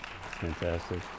Fantastic